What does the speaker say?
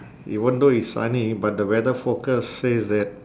even though it's sunny but the weather forecast says that